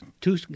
two